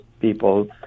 people